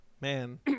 Man